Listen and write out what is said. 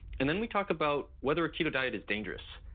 and then we talk about whether a keto diet is dangerous.